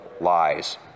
lies